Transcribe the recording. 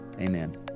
Amen